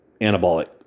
anabolic